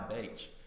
Beach